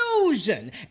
illusion